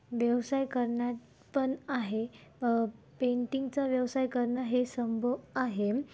व्यवसाय करण्यात पण आहे पेंटिंगचा व्यवसाय करणं हे संभव आहे